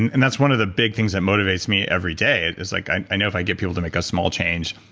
and and that's one of the big things that motivates me every day is like i know if i get people to make a small change,